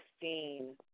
seen